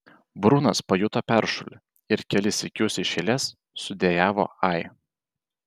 brunas pajuto peršulį ir kelis sykius iš eilės sudejavo ai